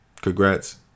Congrats